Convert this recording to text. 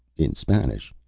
in spanish.